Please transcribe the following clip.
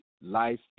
life